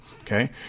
okay